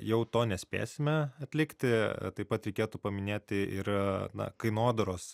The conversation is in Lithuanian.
jau to nespėsime atlikti taip pat reikėtų paminėti ir na kainodaros